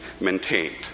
maintained